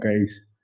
guys